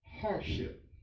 hardship